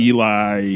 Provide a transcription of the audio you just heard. Eli